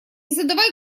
задавай